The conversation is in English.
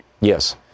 Yes